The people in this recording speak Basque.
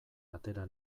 atera